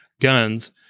guns